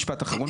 משפט אחרון.